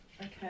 Okay